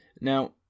Now